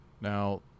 Now